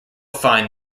find